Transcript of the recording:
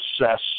assess